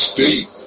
State